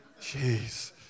Jeez